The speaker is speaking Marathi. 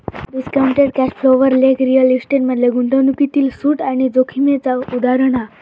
डिस्काउंटेड कॅश फ्लो वर लेख रिअल इस्टेट मधल्या गुंतवणूकीतील सूट आणि जोखीमेचा उदाहरण हा